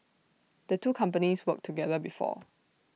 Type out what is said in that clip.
the two companies worked together before